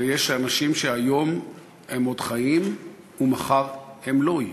ויש אנשים שהיום הם עוד חיים ומחר הם לא יהיו,